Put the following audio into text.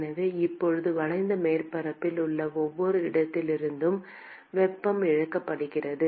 எனவே இப்போது வளைந்த மேற்பரப்பில் உள்ள ஒவ்வொரு இடத்திலிருந்தும் வெப்பம் இழக்கப்படுகிறது